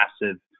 massive